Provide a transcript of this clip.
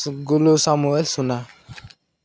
ଗୁଲୁ ସାମୁଏସ୍ ସୁନା